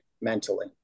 mentally